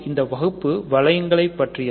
இந்த வகுப்பு வளையங்களை பற்றியது